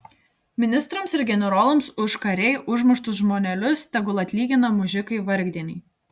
ministrams ir generolams už karėj užmuštus žmonelius tegul atlygina mužikai vargdieniai